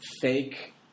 fake